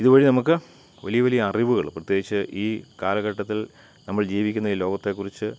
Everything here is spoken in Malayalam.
ഇതുവഴി നമുക്ക് വലിയ വലിയ അറിവുകൾ പ്രത്യേകിച്ച് ഈ കാലഘട്ടത്തിൽ നമ്മൾ ജീവിക്കുന്ന ഈ ലോകത്തെക്കുറിച്ച്